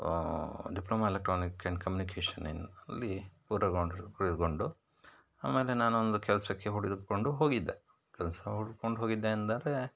diploma electronic and ಕಮ್ಯುನಿಕೇಷನಿನಲ್ಲಿ ಪೂರ್ಣಗೊಂಡರೂ ಪೂರ್ಣಗೊಂಡು ಆಮೇಲೆ ನಾನೊಂದು ಕೆಲಸಕ್ಕೆ ಹುಡುಕಿಕೊಂಡು ಹೋಗಿದ್ದೆ ಕೆಲಸ ಹುಡುಕ್ಕೊಂಡು ಹೋಗಿದ್ದೆ ಅಂದರೆ